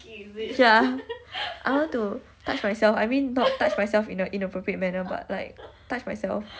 ya I want to touch myself I mean not touch myself in an inappropriate manner but like touch myself